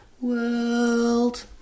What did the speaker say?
world